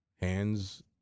hands